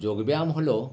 যোগ ব্যায়াম হলো